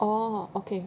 oh okay